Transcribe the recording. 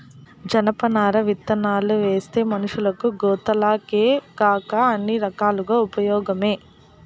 జనపనార విత్తనాలువేస్తే మనషులకు, గోతాలకేకాక అన్ని రకాలుగా ఉపయోగమే